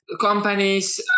companies